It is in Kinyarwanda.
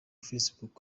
facebook